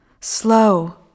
Slow